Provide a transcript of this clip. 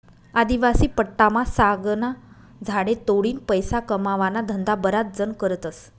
आदिवासी पट्टामा सागना झाडे तोडीन पैसा कमावाना धंदा बराच जण करतस